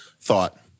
thought